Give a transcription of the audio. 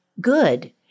good